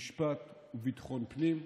משפט וביטחון פנים,